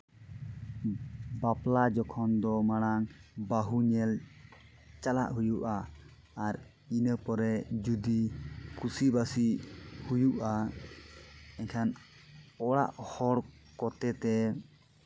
ᱵᱟᱯᱞᱟ ᱡᱚᱠᱷᱚᱱ ᱫᱚ ᱢᱟᱲᱟᱝ ᱵᱟᱹᱦᱩ ᱧᱮᱞ ᱪᱟᱞᱟᱜ ᱦᱩᱭᱩᱜᱼᱟ ᱟᱨ ᱤᱱᱟᱹ ᱯᱚᱨᱮ ᱡᱩᱫᱤ ᱠᱩᱥᱤ ᱵᱟᱹᱥᱤ ᱦᱩᱭᱩᱜᱼᱟ ᱮᱱᱠᱷᱟᱱ ᱚᱲᱟᱜ ᱦᱚᱲ ᱠᱚ ᱠᱚᱛᱮ ᱛᱮ